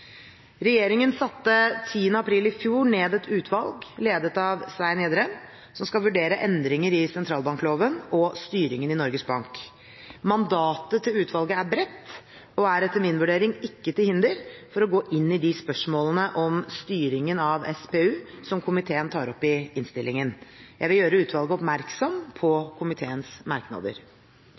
Regjeringen satte 10. april i fjor ned et utvalg, ledet av Svein Gjedrem, som skal vurdere endringer i sentralbankloven og styringen i Norges Bank. Mandatet til utvalget er bredt og er etter min vurdering ikke til hinder for å gå inn i de spørsmålene om styringen av SPU som komiteen tar opp i innstillingen. Jeg vil gjøre utvalget oppmerksom på komiteens merknader.